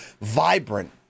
vibrant